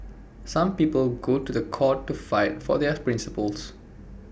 some people go to The Court to fight for their principles